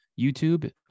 YouTube